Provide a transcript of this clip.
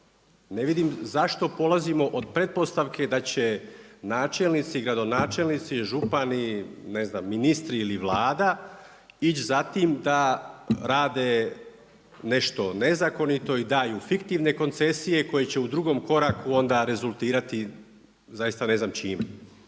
Ne vidim zašto polazimo od pretpostavke da će načelnici, gradonačelnici i župani, ne znam ministri ili Vlada ići za time da rade nešto nezakonito i daju fiktivne koncesije koje će u drugom koraku onda rezultirati zaista ne znam čime.